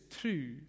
true